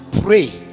pray